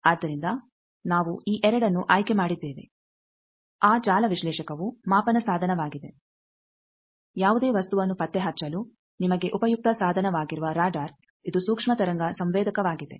ಆದ್ದರಿಂದ ನಾವು ಈ 2ನ್ನು ಆಯ್ಕೆ ಮಾಡಿದ್ದೇವೆ ಆ ಜಾಲ ವಿಶ್ಲೇಷಕವು ಮಾಪನ ಸಾಧನವಾಗಿದೆ ಯಾವುದೇ ವಸ್ತುವನ್ನು ಪತ್ತೆ ಹಚ್ಚಲು ನಿಮಗೆ ಉಪಯುಕ್ತ ಸಾಧನವಾಗಿರುವ ರಾಡರ್ ಇದು ಸೂಕ್ಷ್ಮ ತರಂಗ ಸಂವೇದಕವಾಗಿದೆ